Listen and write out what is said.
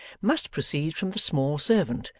must proceed from the small servant,